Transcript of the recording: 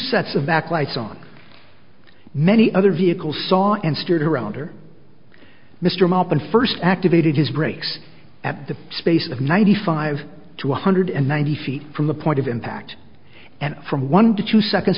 sets of back lights on many other vehicles saw and steered her around her mr mop and first activated his brakes at the space of ninety five to one hundred and ninety feet from the point of impact and from one to two seconds